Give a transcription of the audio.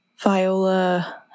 Viola